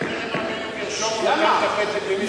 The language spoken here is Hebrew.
אני לא יכול לקרוא אותו לסדר.